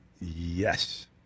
Yes